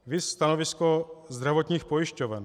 Viz stanovisko zdravotních pojišťoven.